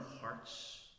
hearts